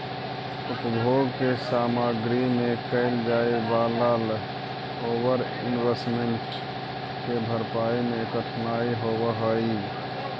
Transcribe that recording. उपभोग के सामग्री में कैल जाए वालला ओवर इन्वेस्टमेंट के भरपाई में कठिनाई होवऽ हई